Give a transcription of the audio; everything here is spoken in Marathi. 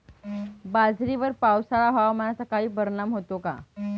बाजरीवर पावसाळा हवामानाचा काही परिणाम होतो का?